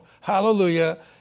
Hallelujah